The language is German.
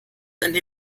eine